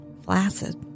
Flaccid